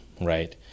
right